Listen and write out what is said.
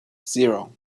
zero